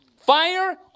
Fire